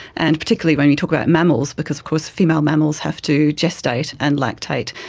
and particularly when we talk about mammals because of course female mammals have to gestate and lactate.